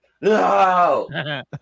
No